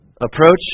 Approach